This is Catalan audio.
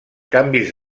canvis